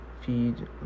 feed